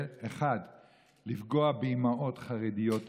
1. לפגוע באימהות חרדיות עובדות,